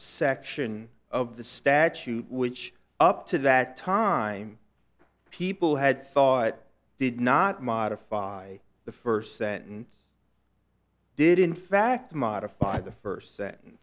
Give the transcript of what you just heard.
section of the statute which up to that time people had thought did not modify the first sentence did in fact modify the first sentence